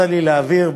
הרווחה והבריאות.